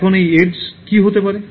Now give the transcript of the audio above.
এখন এই এইডস কী হতে পারে